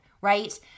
right